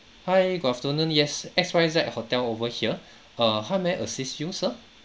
hi good afternoon yes X_Y_Z hotel over here err how may I assist you sir